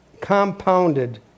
compounded